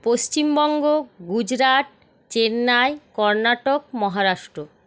Paschimbanga Gujarat Chennai Karnataka Maharashtra